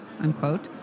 unquote